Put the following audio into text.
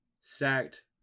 sacked